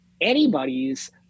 anybody's